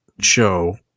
show